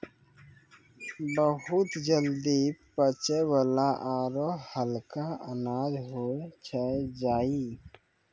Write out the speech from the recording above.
बहुत जल्दी पचै वाला आरो हल्का अनाज होय छै जई